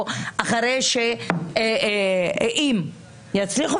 או אם יצליחו,